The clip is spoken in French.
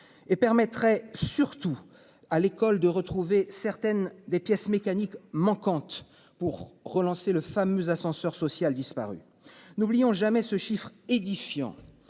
et permettrait surtout à l'école de retrouver certaines des pièces mécaniques manquante pour relancer le fameux ascenseur social disparu. N'oublions jamais ce chiffre édifiant.